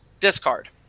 discard